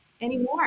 Anymore